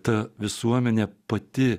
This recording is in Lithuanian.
ta visuomenė pati